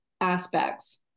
aspects